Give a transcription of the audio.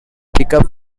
pickup